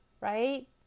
right